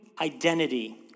identity